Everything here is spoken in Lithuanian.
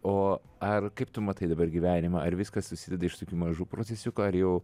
o ar kaip tu matai dabar gyvenimą ar viskas susideda iš tokių mažų procesiukų ar jau